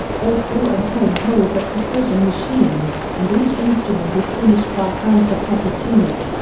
both bore and tone holes are precision-machined, and each instrument is finished by hand for proper tuning.